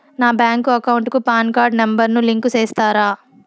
నా bank account కు PAN card number ను లింకు సేస్తారా?